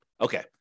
Okay